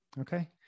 Okay